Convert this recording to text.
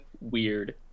weird